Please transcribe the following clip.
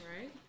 Right